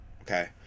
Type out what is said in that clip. Okay